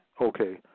okay